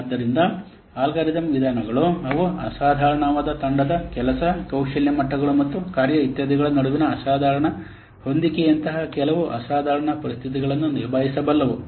ಆದ್ದರಿಂದ ಅಲ್ಗಾರಿದಮ್ ವಿಧಾನಗಳು ಅವು ಅಸಾಧಾರಣವಾದ ತಂಡದ ಕೆಲಸ ಕೌಶಲ್ಯ ಮಟ್ಟಗಳು ಮತ್ತು ಕಾರ್ಯ ಇತ್ಯಾದಿಗಳ ನಡುವಿನ ಅಸಾಧಾರಣ ಹೊಂದಾಣಿಕೆಯಂತಹ ಕೆಲವು ಅಸಾಧಾರಣ ಪರಿಸ್ಥಿತಿಗಳನ್ನು ನಿಭಾಯಿಸಬಲ್ಲವು